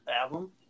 album